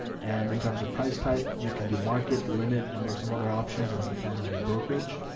and in terms of price type, you can do market limit and there's some other options. and it depends on your brokerage,